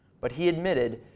but he admitted,